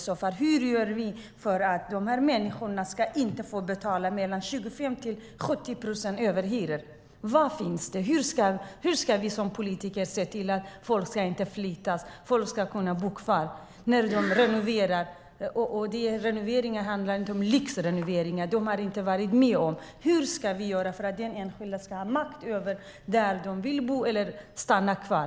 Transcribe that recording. Vad gör ni för att dessa människor inte ska betala mellan 25 och 70 procent i överhyror? Vad finns det? Hur ska vi som politiker se till att folk inte behöver flytta utan kan bo kvar när man renoverar? Det handlar inte om lyxrenoveringar. Vad ska vi göra för att människor ska få makt att bestämma var de vill bo eller om de vill stanna kvar?